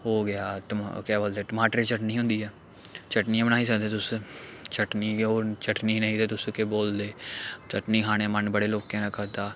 ओह् गेआ केह् बोलदे टमाटर दी चटनी होंदी ऐ चटनी बनाई सकदे तुस चटनी चटनी नेईं ते तुस केह् बोलदे चटनी खाने दा मन बड़े लोकें न खाद्धा